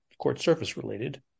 court-surface-related